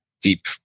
deep